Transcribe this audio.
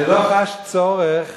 אני לא חש צורך